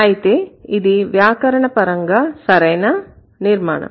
అయితే ఇది వ్యాకరణ ప్రకారంగా సరైన నిర్మాణం